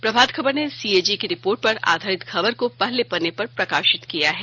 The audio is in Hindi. प्रभात खबर ने सीएजी की रिपोर्ट पर आधारित खबर को पहले पन्ने पर प्रकाशित किया है